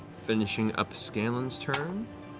finishing up scanlan's turn